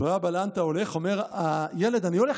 אומר האבא: אולי תלך